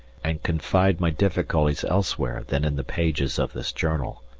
and confide my difficulties elsewhere than in the pages of this journal.